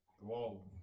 Whoa